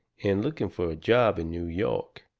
and looking fur a job in new york,